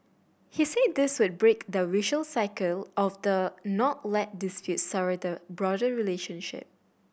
he said this would break the vicious cycle of the not let disputes sour the broader relationship